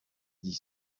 dit